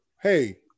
Hey